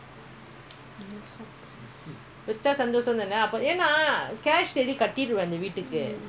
ah C_P_F P_F கட்டறதுக்குநான்வீட்டைகட்டிட்டுபோய்டுவேன்:kattarathukku naan veettai kattittu poiduveen